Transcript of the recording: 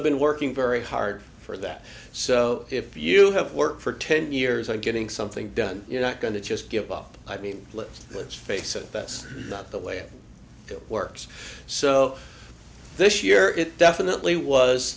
have been working very hard for that so if you have worked for ten years and getting something done you're not going to just give up i mean let's face it best not the way it works so this year it definitely was